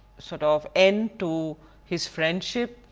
sort of end to his friendship,